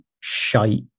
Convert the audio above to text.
shite